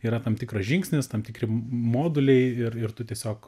yra tam tikras žingsnis tam tikri moduliai ir ir tu tiesiog